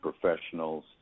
professionals